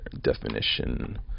Definition